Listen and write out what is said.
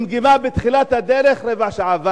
וגמגמה בתחילת הדרך רבע שעה.